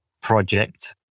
project